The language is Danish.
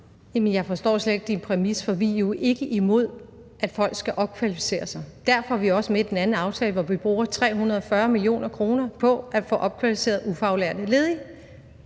Jeg forstår slet ikke spørgerens præmis, for vi er jo ikke imod, at folk skal opkvalificere sig. Derfor er vi også med i den anden aftale, hvor vi bruger 340 mio. kr. på at få opkvalificeret ufaglærte ledige,